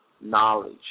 knowledge